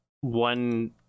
one